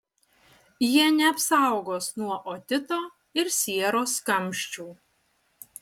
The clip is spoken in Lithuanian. jie neapsaugos nuo otito ir sieros kamščių